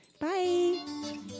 Bye